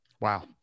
Wow